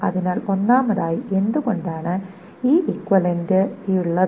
അതിനാൽ ഒന്നാമതായി എന്തുകൊണ്ടാണ് ഈ ഇക്വിവാലെന്റ ഉള്ളത്